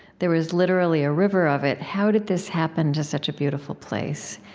there was literally a river of it. how did this happen to such a beautiful place?